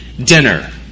dinner